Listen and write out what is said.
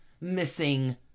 missing